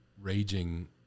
raging